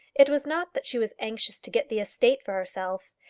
it was not that she was anxious to get the estate for herself.